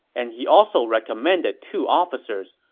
and he also recommended two officers,